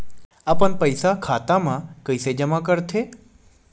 अपन पईसा खाता मा कइसे जमा कर थे?